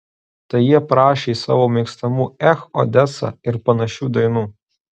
tai jie prašė savo mėgstamų ech odesa ir panašių dainų